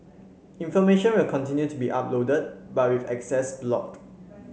information will continue to be uploaded but with access blocked